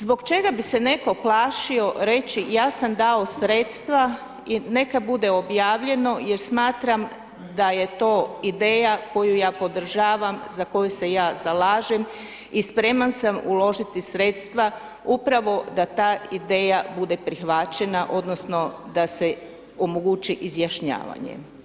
Zbog čega bi se netko plašio reći ja sam dao sredstva, neka bude objavljeno jer smatram da je to ideja koju ja podržavam za koju se ja zalažem i spreman sam uložiti sredstva upravo da ta ideja bude prihvaćena odnosno da se omogući izjašnjavanje.